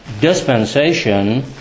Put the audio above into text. dispensation